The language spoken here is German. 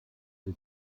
sie